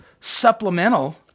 supplemental